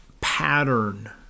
pattern